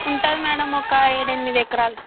ఉంటుంది మ్యాడమ్ ఒక ఏడు ఎనిమిది ఎకరాలు